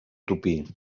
topí